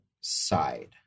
side